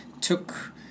took